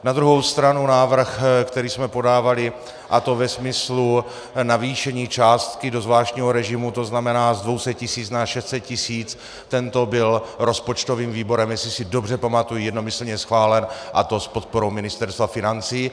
Na druhou stranu návrh, který jsme podávali, a to ve smyslu navýšení částky do zvláštního režimu, to znamená z 200 tisíc na 600 tisíc, tento byl rozpočtovým výborem, jestli si dobře pamatuji, jednomyslně schválen, a to s podporou Ministerstva financí.